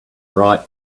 right